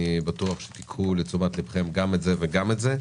אני בטוח שתיקחו לתשומת ליבכם גם את זה וגם את זה.